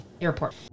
airport